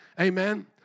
Amen